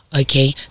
Okay